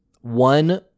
one